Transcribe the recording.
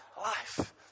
life